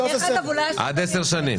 משרד האוצר, עד 10 שנים.